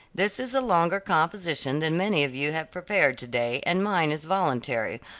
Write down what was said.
this is a longer composition than many of you have prepared to-day, and mine is voluntary,